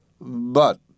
But